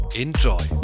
enjoy